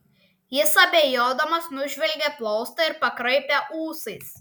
jis abejodamas nužvelgė plaustą ir pakraipė ūsais